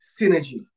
synergy